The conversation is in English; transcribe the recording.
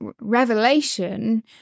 revelation